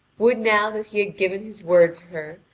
would now that he had given his word to her,